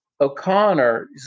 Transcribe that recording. O'Connor